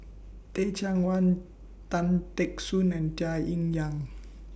Teh Cheang Wan Tan Teck Soon and Tung Yue Nang